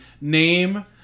name